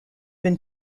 been